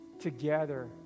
together